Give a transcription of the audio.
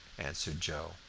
answered joe.